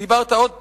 דיברת עוד פעם: